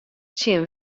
tsjin